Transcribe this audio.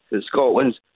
Scotland's